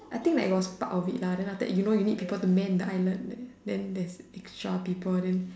I think like it was part of it lah then after that you know you need people to mend the island then then there's extra people then